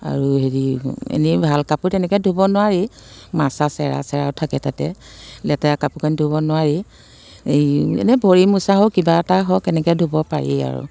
আৰু হেৰি এনেই ভাল কাপোৰ তেনেকৈ ধুব নোৱাৰি মাছ চাছ এৰা চেৰাও থাকে তাতে লেতেৰা কাপোৰ কানি ধুব নোৱাৰি এই এনেই ভৰি মোচা হওক কিবা এটা হওক এনেকৈ ধুব পাৰি আৰু